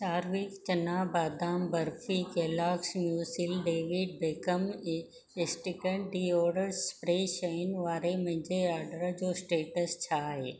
चारविक चणा बादाम barfi Kellogg's muesli David Beckham instinct deodorant spray शयुनि वारे मुंहिंजे ऑर्डर जो स्टेटस छा आहे